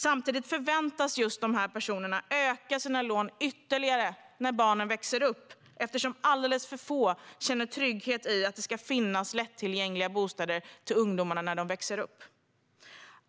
Samtidigt förväntas dessa personer öka sina lån ytterligare när barnen växer upp, eftersom alldeles för få känner trygghet i att det ska finnas lättillgängliga bostäder för ungdomarna när de växer upp.